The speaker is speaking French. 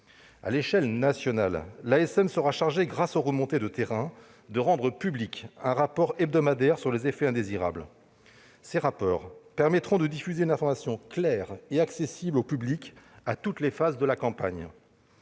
produits de santé, l'ANSM, sera chargée, grâce aux remontées de terrain, de rendre public un rapport hebdomadaire sur les effets indésirables. Ces documents permettront de diffuser une information claire et accessible aux publics à toutes les phases de la campagne.